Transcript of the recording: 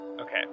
okay